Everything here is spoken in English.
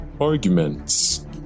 arguments